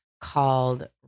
called